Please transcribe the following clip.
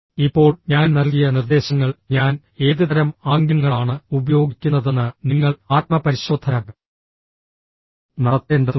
ഇപ്പോൾ ഞാൻ നൽകിയ നിർദ്ദേശങ്ങൾ ഞാൻ ഏതുതരം ആംഗ്യങ്ങളാണ് ഉപയോഗിക്കുന്നതെന്ന് നിങ്ങൾ ആത്മപരിശോധന നടത്തേണ്ടതുണ്ട്